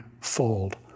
fold